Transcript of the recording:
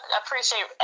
appreciate